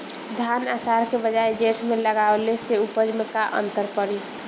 धान आषाढ़ के बजाय जेठ में लगावले से उपज में का अन्तर पड़ी?